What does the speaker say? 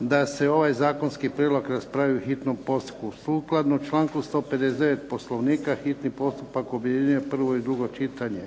da se ovaj zakonski prijedlog raspravi u hitnom postupku. Sukladno članku 159. Poslovnika hitni postupak objedinjuje prvo i drugo čitanje.